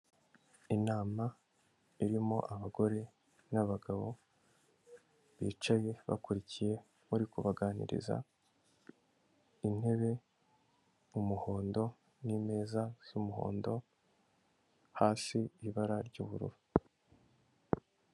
Inama irimo abagore n'abagabo bicaye bakurikiye bari kubaganiriza, intebe, umuhondo n'imeza y'umuhondo hasi ibara ry'ubururu.